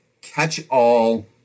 catch-all